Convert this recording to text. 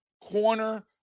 corner